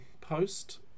post